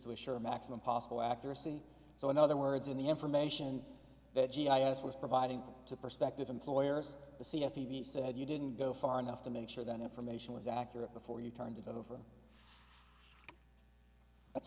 to assure maximum possible accuracy so in other words in the information that g i s was providing to prospective employers the see on t v said you didn't go far enough to make sure that information was accurate before you turned it over